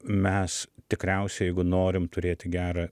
mes tikriausiai jeigu norim turėti gerą